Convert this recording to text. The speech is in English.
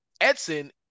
Edson